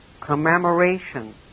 commemoration